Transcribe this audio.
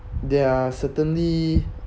they are certainly